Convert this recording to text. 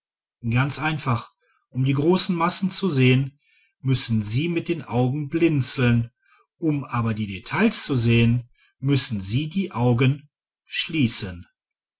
ganz einfach um die großen massen zu sehen müssen sie mit den augen blinzeln um aber die details zu sehen müssen sie die augen schließen